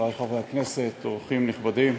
חברי חברי הכנסת, אורחים נכבדים,